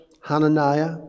Hananiah